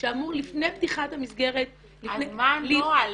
שאמור לפני פתיחת המסגרת לפני -- אז מה הנוהל,